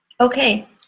Okay